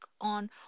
on